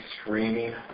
screaming